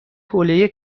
حوله